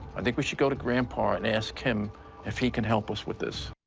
i think we should go to grandpa and ask him if he can help us with this.